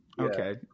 Okay